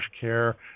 care